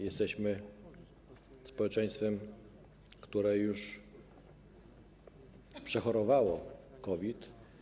Jesteśmy społeczeństwem, które już przechorowało COVID.